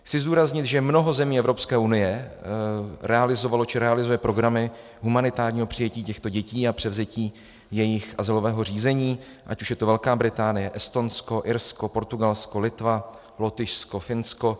Chci zdůraznit, že mnoho zemí Evropské unie realizovalo či realizuje programy humanitárního přijetí těchto dětí a převzetí jejich azylového řízení, ať už je to Velká Británie, Estonsko, Irsko, Portugalsko, Litva, Lotyšsko, Finsko.